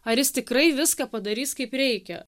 ar jis tikrai viską padarys kaip reikia